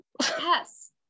yes